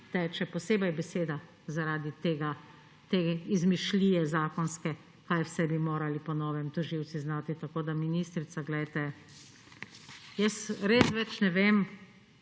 teče posebej beseda zaradi te izmišljije zakonske, kaj vse bi morali po novem tožilci znati. Tako, ministrica, poglejte, res več ne vem,